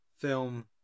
film